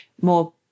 more